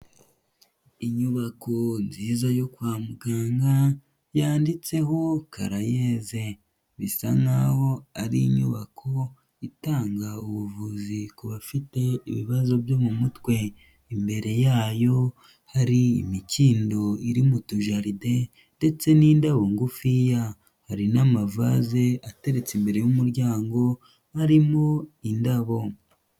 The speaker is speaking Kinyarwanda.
Inyubako nziza yo kwa muganga, yanditseho karayeze, bisa nk'aho ari inyubako itanga ubuvuzi ku bafite ibibazo byo mu mutwe, imbere yayo hari imikindo iri mu tujaride ndetse n'indabo ngufiya, hari n'amavase ateretse imbere y'umuryango, harimo indabo.